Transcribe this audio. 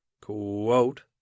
quote